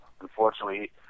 unfortunately